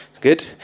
Good